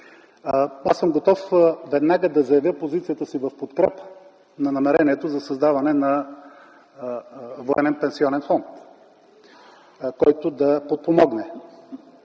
Аз съм готов веднага да заявя позицията си в подкрепа на намерението за създаване на Военен пенсионен фонд, който да подпомогне